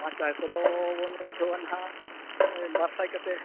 ᱯᱟᱸᱪᱟᱭ ᱠᱚᱫᱚ ᱵᱚᱱ ᱩᱴᱷᱟᱹᱣᱟ ᱱᱟᱦᱟᱜ ᱵᱟᱨ ᱥᱟᱭ ᱠᱟᱛᱮᱫ